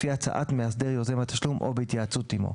לפי הצעת מאסדר יוזם התשלום או בהתייעצות עימו,